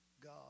God